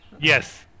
Yes